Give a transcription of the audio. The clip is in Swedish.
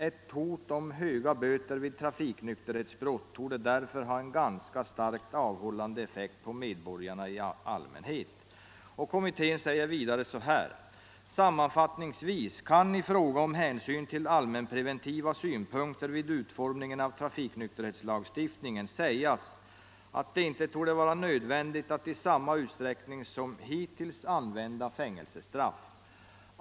Ett hot om höga böter vid trafiknykterhetsbrott torde därför ha en ganska starkt avhållande effekt på medborgarna i allmänhet.” Kommittén säger vidare: ”Sammanfattningsvis kan i fråga om hänsyn till allmänpreventiva synpunkter vid utformningen av trafiknykterhetslagstiftningen sägas att det inte torde vara nödvändigt att i samma utsträckning som hittills använda fängelsestraff.